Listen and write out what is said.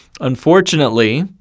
Unfortunately